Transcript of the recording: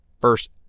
first